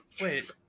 Wait